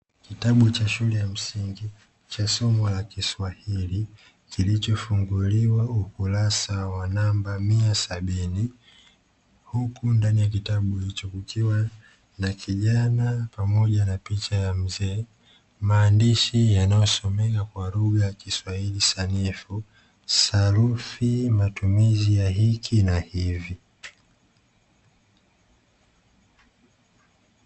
Kitabu cha shule ya msingi cha somo la kiswahili kilichofunguliwa ukurasa wa namba mia sabini, huku ndani ya kitabu hicho kukiwa na kijana pamoja na picha ya mzee, maandishi yanayosomeka kwa lugha ya kiswahili sanifu, sarufi matumizi ya hiki na hivi.